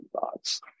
thoughts